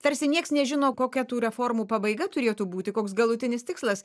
tarsi nieks nežino kokia tų reformų pabaiga turėtų būti koks galutinis tikslas